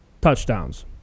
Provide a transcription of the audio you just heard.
touchdowns